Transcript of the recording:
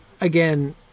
again